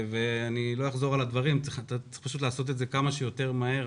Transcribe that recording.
אני לא אחזור על הדברים אבל צריך לעשות את זה כמה שיותר מהר.